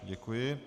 Děkuji.